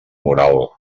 moral